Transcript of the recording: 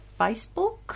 Facebook